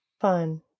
Fun